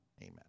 amen